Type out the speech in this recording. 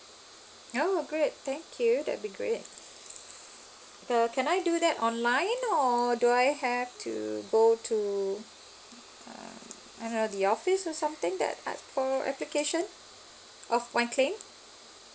oh great thank you that would be great the can I do that online or do I have to go to uh I don't know the office or something that for application of one claim